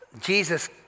Jesus